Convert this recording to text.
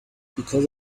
because